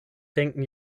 denken